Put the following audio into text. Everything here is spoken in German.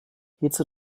hierzu